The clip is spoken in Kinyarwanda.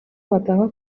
watanga